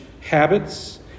habits